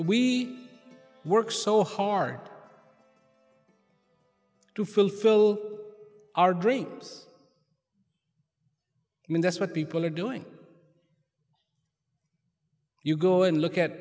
we work so hard to fulfill our drinkers i mean that's what people are doing you go and look at